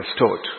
restored